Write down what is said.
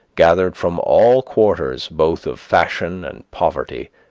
gathered from all quarters both of fashion and poverty,